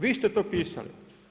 Vi ste to pisali.